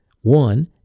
one